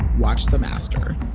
watch the master